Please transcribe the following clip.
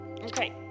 Okay